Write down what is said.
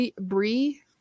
Brie